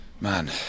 Man